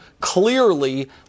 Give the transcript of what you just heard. clearly